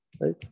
Right